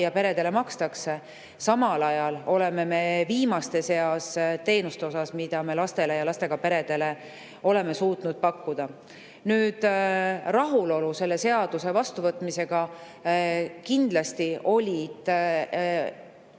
ja peredele makstakse. Samal ajal oleme me viimaste seas teenuste mõttes, mida me lastele ja lastega peredele oleme suutnud pakkuda. Rahulolu selle seaduse vastuvõtmise suhtes. Kindlasti oli